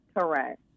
Correct